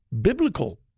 biblical